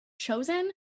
chosen